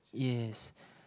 yes